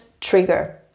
trigger